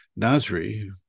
Nasri